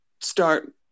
start